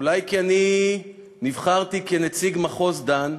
אולי כי אני נבחרתי כנציג מחוז דן,